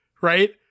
Right